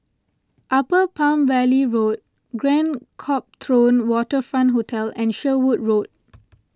Upper Palm Valley Road Grand Copthorne Waterfront Hotel and Sherwood Road